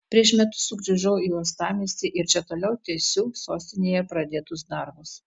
prieš metus sugrįžau į uostamiestį ir čia toliau tęsiu sostinėje pradėtus darbus